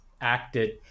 acted